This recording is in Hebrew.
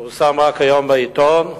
פורסם רק היום בעיתון: